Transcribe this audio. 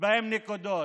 בהם נקודות.